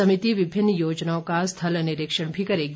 समिति विभिन्न योजनाओं का स्थल निरीक्षण भी करेगी